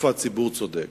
איפה הציבור צודק?